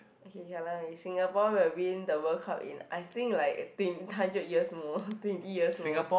okay okay Singapore will win the World Cup in I think like eighteen hundred years more twenty years more